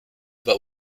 but